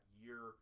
year